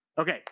Okay